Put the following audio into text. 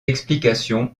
explication